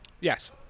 Yes